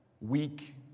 weak